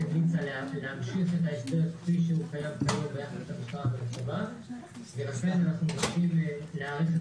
החליטה להמשיך את ההסדר כפי שהיה ולכן אנחנו מבקשים להאריך את